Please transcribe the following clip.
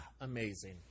amazing